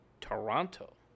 Toronto